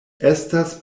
estas